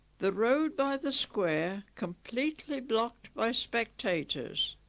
the road by the square completely blocked by spectators